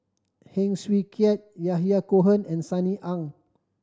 Heng Swee Keat Yahya Cohen and Sunny Ang